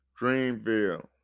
Dreamville